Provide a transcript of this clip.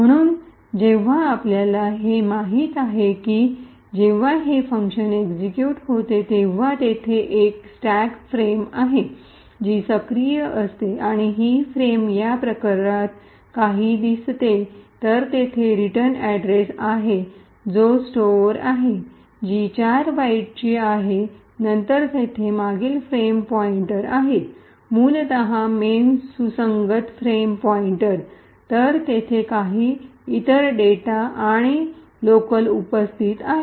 म्हणून जेव्हा आपल्याला हे माहित आहे की जेव्हा हे फंक्शन एक्सिक्यूट होते तेव्हा तेथे एक स्टॅक फ्रेम आहे जी सक्रिय असते आणि ही फ्रेम या प्रकारात काही दिसते तर तेथे रिटर्न अड्रेस आहे जो स्टोअर आहे जी ४ बाइटची आहे नंतर तेथे मागील फ्रेम पॉईंटर आहे मूलतः मेन सुसंगत फ्रेम पॉईंटर तर तेथे काही इतर डेटा आणि लोकल उपस्थित आहेत